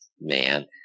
Man